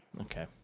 okay